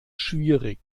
schwierig